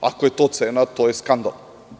Ako je to cena to je skandal.